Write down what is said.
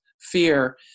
fear